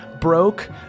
broke